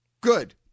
Good